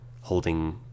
holding